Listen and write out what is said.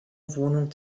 wohnung